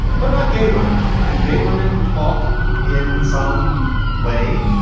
what about gay women? do gay women talk in some way?